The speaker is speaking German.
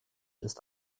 ist